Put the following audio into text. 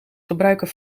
gebruiken